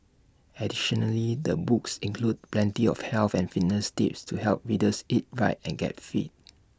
additionally the books includes plenty of health and fitness tips to help readers eat right and get fit